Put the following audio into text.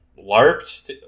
LARPed